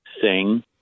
sing